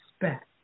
expect